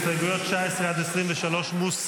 הסתייגויות 19 23 מוסרות.